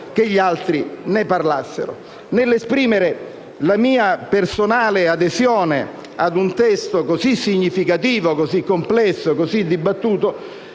che gli altri ne parlassero. Nell'esprimere la mia personale adesione a un testo così significativo, complesso e dibattuto,